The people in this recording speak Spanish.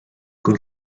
con